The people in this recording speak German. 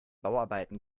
bauarbeiten